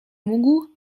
mógł